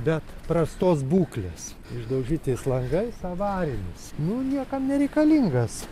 bet prastos būklės išdaužytais langais avarinis nu niekam nereikalingas